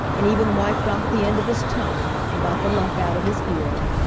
and even wiped off the end of his tongue, and got the lump out of his ear.